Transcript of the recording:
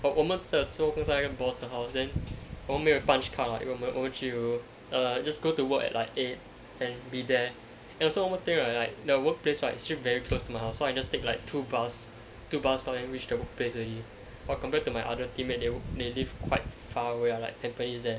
but 我们的工作在 boss 的 house then 我们没有 punch card lah 因为我们 all 聚合 just go to work at like eight and be there and also one more thing right like the workplace right actually very close to my house so I just take like two bus two bus stops then reached the workplace already but compared to my other teammates they live quite far away or like tampines there